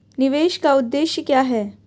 निवेश का उद्देश्य क्या है?